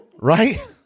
Right